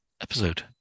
episode